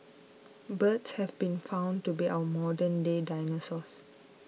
birds have been found to be our modern day dinosaurs